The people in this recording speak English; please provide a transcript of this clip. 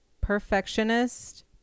Perfectionist